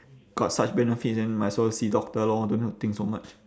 got such benefits then might as well see doctor lor don't need to think so much